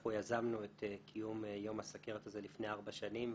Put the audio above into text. אנחנו יזמנו את קיום יום הסוכרת הזה לפני ארבע שנים.